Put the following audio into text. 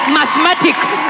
mathematics